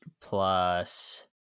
plus